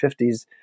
1950s